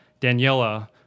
Daniela